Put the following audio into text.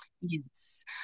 yes